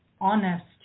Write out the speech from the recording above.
honest